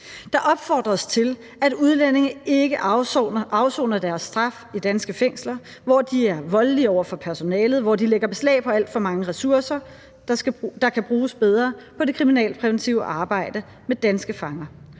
Der opfordres til, at udlændinge ikke afsoner deres straf i danske fængsler, hvor de er voldelige over for personalet, og hvor de lægger beslag på alt for mange ressourcer, der kan bruges bedre på det kriminalpræventive arbejde med danske fanger.